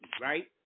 right